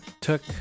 Took